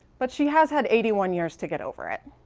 but she has had eighty one years to get over it.